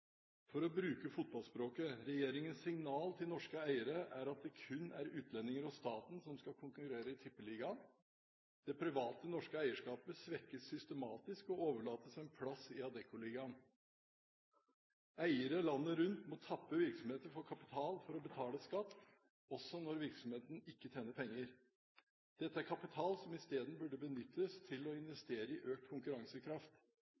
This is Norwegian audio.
For å bruke fotballspråket: Regjeringens signal til norske eiere er at det kun er utlendinger og staten som skal konkurrere i Tippeligaen. Det private norske eierskapet svekkes systematisk og overlates en plass i Adeccoligaen. Eiere landet rundt må tappe virksomheter for kapital for å betale skatt, også når virksomheten ikke tjener penger. Dette er kapital som i stedet burde benyttes til å